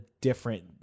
different